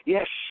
Yes